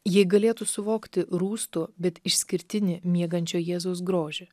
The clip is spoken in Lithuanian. jei galėtų suvokti rūstų bet išskirtinį miegančio jėzaus grožį